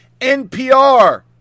NPR